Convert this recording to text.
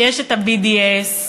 יש ה-BDS,